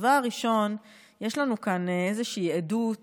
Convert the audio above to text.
הדבר הראשון: יש לנו כאן איזושהי עדות